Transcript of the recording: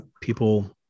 People